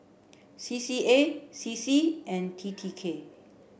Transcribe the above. C C A C C and T T K